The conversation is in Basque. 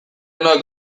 onak